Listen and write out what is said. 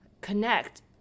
connect